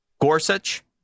Gorsuch